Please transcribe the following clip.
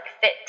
fit